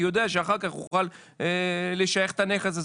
כי הוא יודע שאחר כך הוא יוכל לשייך את הנכס הזה